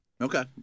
Okay